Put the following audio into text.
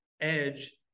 edge